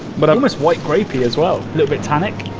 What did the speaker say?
but i miss white grape ii as well little bit tannic